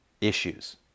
issues